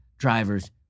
Drivers